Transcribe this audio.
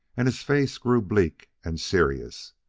and his face grew bleak and serious.